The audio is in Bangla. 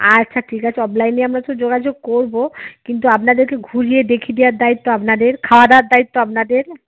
আচ্ছা ঠিক আছে অফলাইনে আমরা তো যোগাযোগ করবো কিন্তু আপনাদেরকে ঘুরিয়ে দেখিয়ে দিয়ার দায়িত্ব আপনাদের খাওয়া দাওয়ার দায়িত্ব আপনাদের